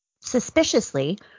suspiciously